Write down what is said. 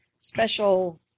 special